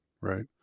right